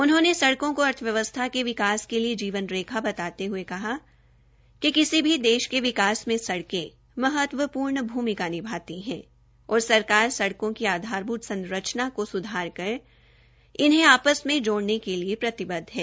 उन्होंने सड़कों को अर्थव्यवस्था के विकास के लिए जीवन रेखा बताते हये कहा कि किसी भी देश के विकास में सड़कें महत्वपूर्ण भूमिका निभाती है और सरकार सड़कों की आधारभूत संरचना को सुधाकर इन्हें आपस में जोड़ने के लिए प्रतिबद्ध है